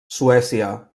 suècia